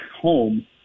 home